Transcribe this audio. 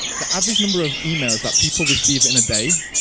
the average number of emails up people receive in a day